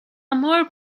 more